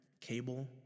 Cable